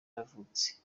yavutse